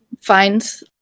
finds